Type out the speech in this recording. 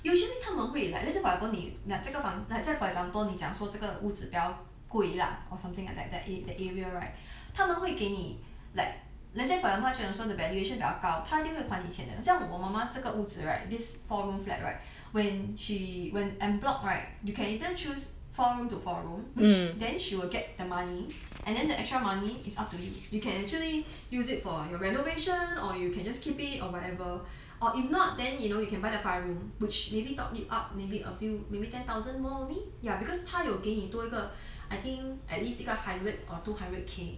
usually 他们会 like let's say for example 你这个房 let's say for example 你讲说这个屋子比较贵啦 or something like that that that area right 他们会给你 like let's say for your also 你的 valuation 比较高他一定会还你钱的像我妈妈这个屋子 right this four room flat right when she when en bloc right you can either choose four room to four room then she will get the money and then the extra money is up to you you can actually use it for your renovation or you can just keep it or whatever or if not then you know you can buy the five room which maybe top you up maybe a few maybe ten thousand more only ya because 他有给你多一个 I think at least 一个 hundred or two hundred K